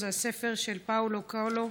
זה הספר של פאולו קואלו,